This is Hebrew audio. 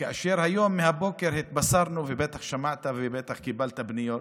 היום בבוקר התבשרנו, ובטח שמעת ובטח קיבלת פניות,